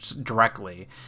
directly